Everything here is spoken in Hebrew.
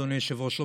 אדוני היושב-ראש,